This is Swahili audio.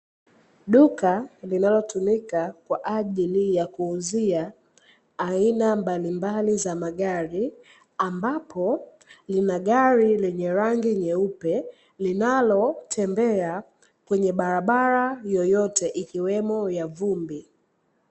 Duka linalotumika kwa ajili ya kuuzia aina mbalimbali za magari ambapo linagari lenye rangi nyeupe, linalotembea kwenye barabara yoyote ikiwemo ya vumbi.